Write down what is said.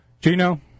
Gino